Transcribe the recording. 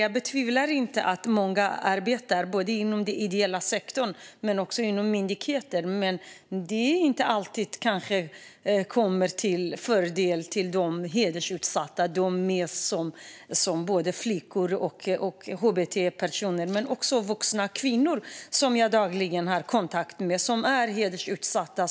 Jag betvivlar inte att många arbetar både inom den ideella sektorn och inom myndigheterna, men det kanske inte alltid kommer de hedersvåldsutsatta till del. Detta handlar om flickor och hbt-personer, men även om vuxna kvinnor, som jag dagligen har kontakt med och som är hedersvåldsutsatta.